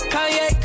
Kanye